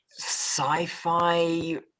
sci-fi